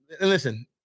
Listen